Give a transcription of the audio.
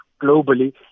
globally